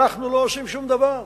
אנחנו לא עושים שום דבר,